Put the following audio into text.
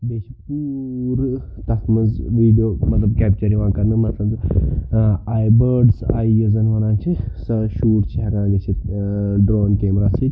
بیٚیہِ چھِ پوٗرٕ تَتھ منٛز ویٖڈیو مطلب کیٚپچَر یِوان کَرنہٕ مطلب ٲں اَے بٲرڈٕس اَے یَتھ زَن وَنان چھِ سۄ شوٗٹ چھِ ہیٚکان گٔژھِتھ ٲں ڈرٛوٗن کیمرا سۭتۍ